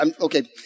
okay